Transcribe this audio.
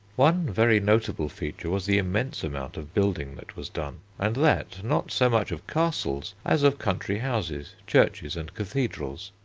one very notable feature was the immense amount of building that was done, and that not so much of castles, as of country houses, churches, and cathedrals,